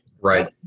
Right